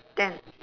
ten